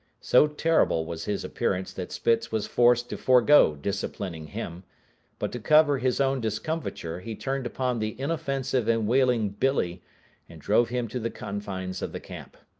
so terrible was his appearance that spitz was forced to forego disciplining him but to cover his own discomfiture he turned upon the inoffensive and wailing billee and drove him to the confines of the camp.